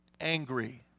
angry